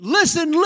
listen